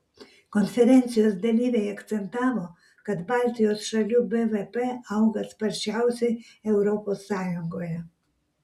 konferencijos dalyviai akcentavo kad baltijos šalių bvp auga sparčiausiai europos sąjungoje